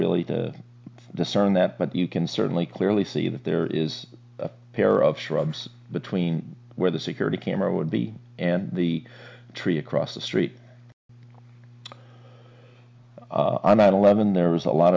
really to discern that but you can certainly clearly see that there is a pair of shrubs between where the security camera would be and the tree across the street on nine eleven there was a lot